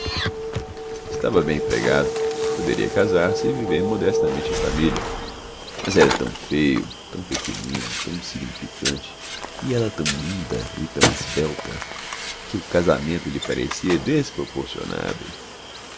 estava bem empregado poderia casar-se e viver modestamente em família mas era tão feio tão pequenino tão insignificante e ela tão linda e tão esbelta que o casamento lhe parecia desproporcionado